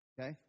Okay